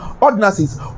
ordinances